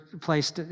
place